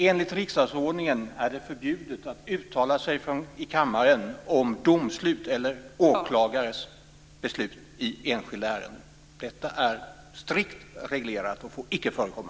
Enligt riksdagsordningen är det förbjudet att uttala sig i kammaren om domslut eller åklagares beslut i enskilda ärenden. Detta är strikt reglerat och får icke förekomma.